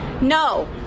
No